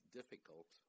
difficult